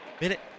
Minute